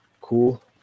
Cool